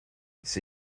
see